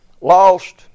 lost